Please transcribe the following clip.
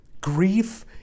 grief